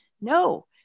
no